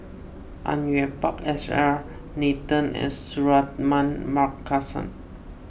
Au Yue Pak S R Nathan and Suratman Markasan